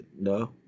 No